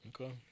Okay